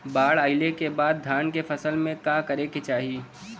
बाढ़ आइले के बाद धान के फसल में का करे के चाही?